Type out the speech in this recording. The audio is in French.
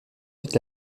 vite